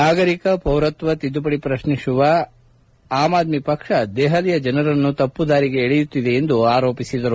ನಾಗರಿಕ ಪೌರತ್ವ ತಿದ್ದುಪಡಿ ಪ್ರಕ್ನಿಸುವ ಅಮ್ ಆದ್ಲಿ ಪಕ್ಷ ದೆಪಲಿಯ ಜನರನ್ನು ತಪ್ಪು ದಾರಿಗೆ ಎಳೆಯುತ್ತಿದೆ ಎಂದು ಆರೋಪಿಸಿದರು